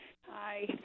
Hi